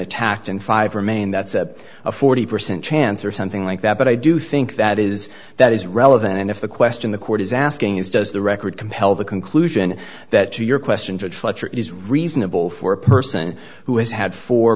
attacked and five remain that's a forty percent chance or something like that but i do think that is that is relevant if the question the court is asking is does the record compel the conclusion that to your question judge fletcher it is reasonable for a person who has had four